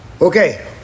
Okay